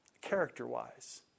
Character-wise